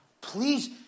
Please